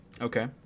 Okay